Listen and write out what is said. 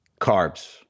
Carbs